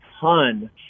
ton